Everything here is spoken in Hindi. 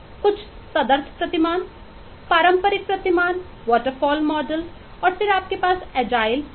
कुछ तदर्थ प्रतिमान पारंपरिक प्रतिमान वाटरफॉल मॉडल आदि है